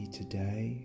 today